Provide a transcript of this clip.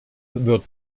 wird